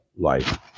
life